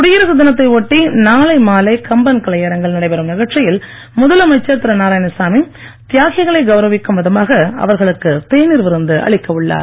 குடியரசு தினத்தை ஒட்டி நாளை மாலை கம்பன் கலையரங்கில் நடைபெறும் நிகழ்ச்சியில் முதலமைச்சர் திரு நாராயணசாமி தியாகிகளை கவுரவிக்கும் விதமாக அவர்களுக்கு தேனீர் விருந்து அளிக்க உள்ளார்